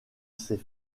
ces